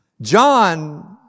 John